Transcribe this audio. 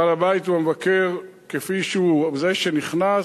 בעל הבית הוא המבקר, כפי שהוא זה שנכנס,